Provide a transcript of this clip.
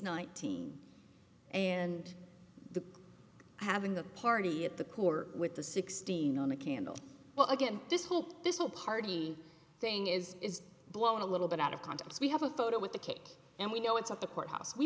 nineteen and having the party at the corner with the sixteen on a candle well again this whole this whole party thing is blown a little bit out of context we have a photo with the cake and we know it's at the courthouse we